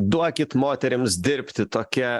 duokit moterims dirbti tokia